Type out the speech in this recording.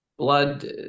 blood